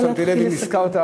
אפשר להתחיל לסכם.